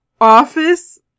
office